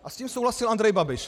A s tím souhlasil Andrej Babiš.